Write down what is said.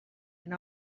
and